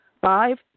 five